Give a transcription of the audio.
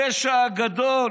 הפשע הגדול